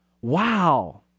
Wow